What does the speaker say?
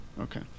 Okay